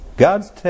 God's